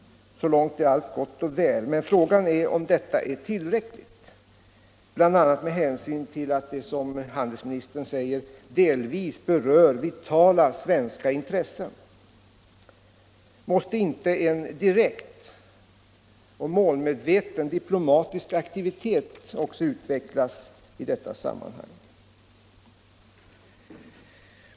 Så långt är allt gott och väl. Men frågan är om detta är tillräckligt, bl.a. med hänsyn till att det, som handelsministern säger, delvis berör vitala svenska intressen. Måste inte en direkt och målmedveten diplomatisk aktivitet också utvecklas i detta sammanhang?